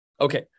Okay